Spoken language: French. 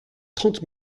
trente